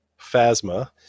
Phasma